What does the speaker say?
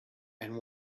and